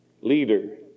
leader